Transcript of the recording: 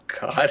God